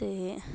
ते